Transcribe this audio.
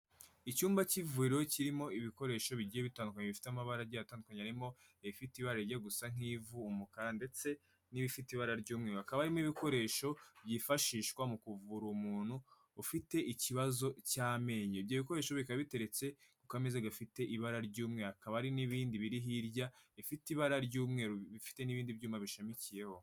Icyumba cy'ivuriro kirimo ibikoresho bigiye bitandukanye, bifite amabara agiye atandukanye arimo ifite ibara rye gusa nk'ivu, umukara ndetse n'ibifite ibara ry'umweru. Hakaba harimo ibikoresho byifashishwa mu kuvura umuntu ufite ikibazo cy'amenyo. Ibyo bikoresho bikaba biteretse ku kameza gafite ibara ry'umweru. Hakaba hari n'ibindi biri hirya bifite ibara ry'umweru, bifite n'ibindi byuma bishamikiyeho.